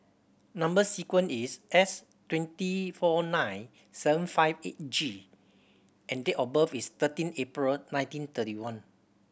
number sequence is S twenty four nine seven five eight G and date of birth is thirteen April nineteen thirty one